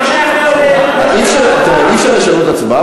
אי-אפשר לשנות הצבעה,